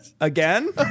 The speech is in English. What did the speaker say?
Again